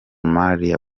mahia